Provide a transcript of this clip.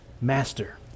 Master